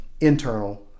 internal